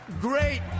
great